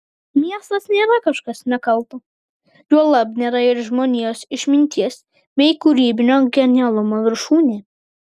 miestas nėra kažkas nekalto juolab nėra ir žmonijos išminties bei kūrybinio genialumo viršūnė